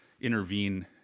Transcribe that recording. intervene